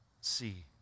see